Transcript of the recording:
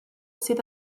sydd